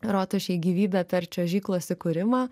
rotušei gyvybę per čiuožyklos įkūrimą